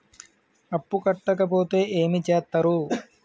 అప్పు కట్టకపోతే ఏమి చేత్తరు?